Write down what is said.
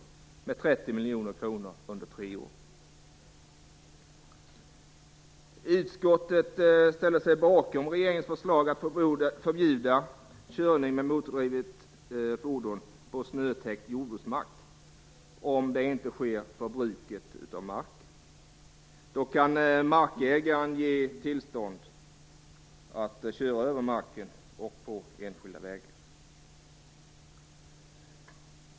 Det handlar om 30 miljoner kronor under tre år. Utskottet ställer sig bakom regeringens förslag om att förbjuda körning med motordrivet fordon på snötäckt jordbruksmark, om det inte sker för bruk av marken. Då kan markägaren ge tillstånd till att få köra över marken och på enskilda vägar.